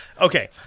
Okay